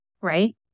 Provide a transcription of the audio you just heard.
Right